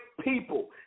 people